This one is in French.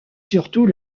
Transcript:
surtout